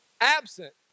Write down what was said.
absent